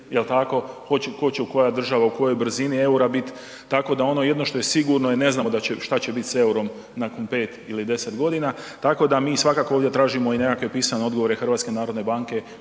tko će koja država u kojoj brzini eura biti. Tako da ono jedino što je sigurno je ne znamo šta će biti s eurom nakon 5 ili 10 godina. Tako da mi svakako ovdje tražimo i nekakve pisane odgovore HNB-a kako će